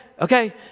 Okay